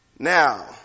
Now